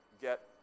get